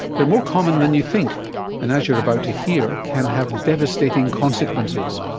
they're more common than you think and, as you're about to hear, can have devastating consequences.